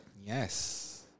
Yes